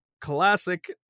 classic